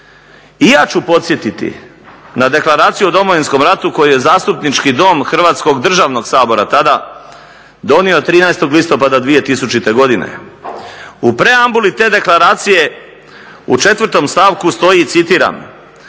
I ja ću podsjetiti na Deklaraciju o Domovinskom ratu koju je Zastupnički dom Hrvatskog državnog sabora tada donio 13. listopada 2000. godine. U preambuli te deklaracije u 4. stavku stoji, citiram: